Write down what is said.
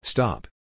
Stop